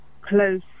close